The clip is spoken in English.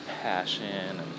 passion